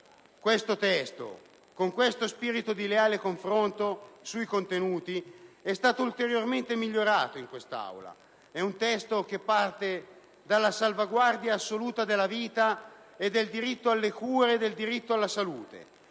Questo testo, con questo spirito di leale confronto sui contenuti, è stato ulteriormente migliorato in Aula. È un testo che parte dalla salvaguardia assoluta della vita e dal diritto alle cure e alla salute,